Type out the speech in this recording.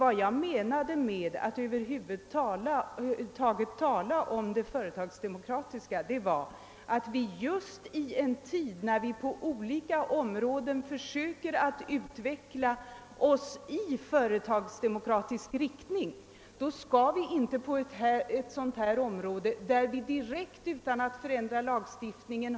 Vad jag menade med talet om företagsdemokrati var att vi i en tid då vi på olika områden försöker utveckla företagsdemokrati här har en möjlighet att göra det utan att direkt förändra lagstiftningen.